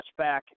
touchback